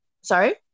Sorry